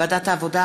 ועדת העבודה,